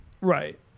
Right